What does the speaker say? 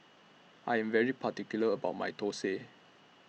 I Am very particular about My Thosai